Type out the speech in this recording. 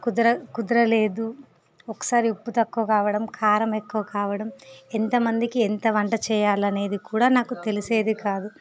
కుదర కుదరలేదు ఒకసారి ఉప్పు తక్కువ కావడం కారం ఎక్కువ కావడం ఎంతమందికి ఎంత వంట చేయాలి అనేది కూడా నాకు తెలిసేది కాదు